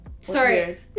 sorry